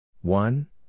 One